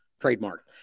trademark